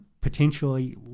Potentially